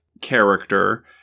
character